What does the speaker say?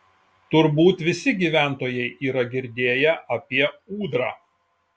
turbūt visi gyventojai yra girdėję apie ūdrą